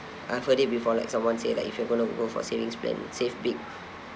I've heard it before like someone say like if you're gonna go for savings plan save big